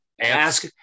ask